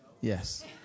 Yes